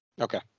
Okay